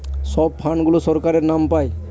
সব ফান্ড গুলো সরকারের নাম পাই